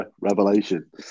revelation